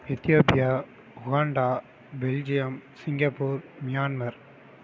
Ethiopia Uganda Belgium Singapore Myanmar